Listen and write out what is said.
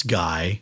guy